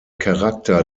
charakter